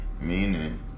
Meaning